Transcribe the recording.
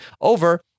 over